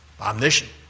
omniscient